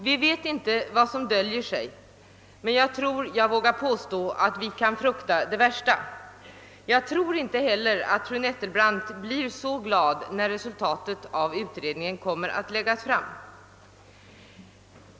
Vi vet inte vad som döljer sig där under, men jag vågar påstå att vi kan frukta det värsta. Jag tror att inte heller fru Nettelbrandt blir så glad när resultatet av utredningen läggs fram.